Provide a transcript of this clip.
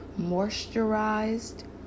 moisturized